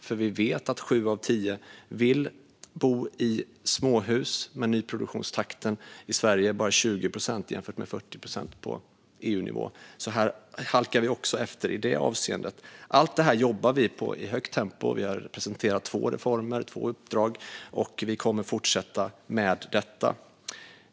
Vi vet nämligen att sju av tio vill bo i småhus, men nyproduktionstakten i Sverige är bara 20 procent jämfört med 40 procent på EU-nivå. Vi halkar alltså efter även i det avseendet. Allt detta jobbar vi med i högt tempo. Vi har presenterat två reformer, två uppdrag, och vi kommer att fortsätta med detta.